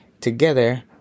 together